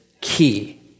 key